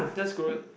that's good